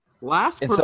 last